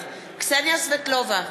קסניה סבטלובה,